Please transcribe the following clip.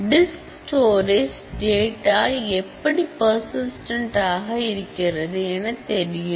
disk storage data எப்படி persistent ஆக இருக்கிறது என தெரியும்